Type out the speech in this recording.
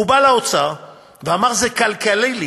והוא בא לאוצר ואמר: זה כלכלי לי,